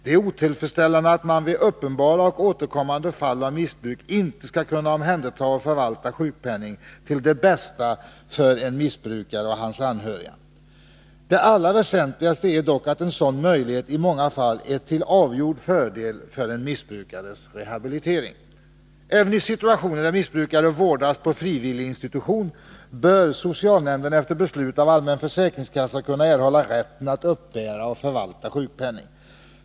Det är otillfredsställande att man vid uppenbara och återkommande fall av missbruk inte skall kunna omhänderta och förvalta sjukpenning till det bästa för en missbrukare och hans anhöriga. Det väsentligaste är dock att en sådan möjlighet i många fall är till avgjord fördel för en missbrukares rehabilitering. Även i situationer där missbrukare vårdas på frivilliginstitution bör socialnämnden efter beslut av allmänna försäkringskassan kunna erhålla rätten att uppbära och förvalta sjukpenning.